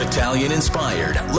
Italian-inspired